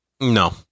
No